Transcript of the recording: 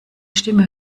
stimme